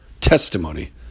testimony